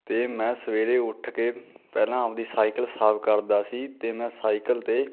ਅਤੇ ਮੈਂ ਸਵੇਰੇ ਉੱਠ ਕੇ ਪਹਿਲਾਂ ਆਪਦੀ ਸਾਈਕਲ ਸਾਫ ਕਰਦਾ ਸੀ ਅਤੇ ਮੈਂ ਸਾਈਕਲ 'ਤੇ